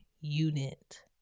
unit